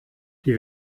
die